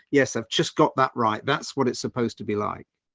yes, i've just got that right. that's what it's supposed to be like.